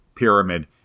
pyramid